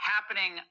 Happening